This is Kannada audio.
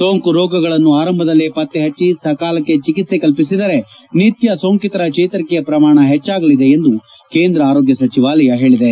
ಸೋಂಕು ರೋಗಗಳನ್ನು ಆರಂಭದಲ್ಲೇ ಪತ್ತೆಹಚ್ಚಿ ಸಕಾಲಕ್ಷೆ ಚಿಕಿತ್ಸೆ ಕಲ್ಲಿಸಿದರೆ ನಿತ್ನ ಸೋಂಕಿತರ ಚೇತರಿಕೆಯ ಪ್ರಮಾಣ ಹೆಚ್ಚಾಗಲಿದೆ ಎಂದು ಕೇಂದ್ರ ಆರೋಗ್ನ ಸಚಿವಾಲಯ ಹೇಳದೆ